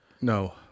no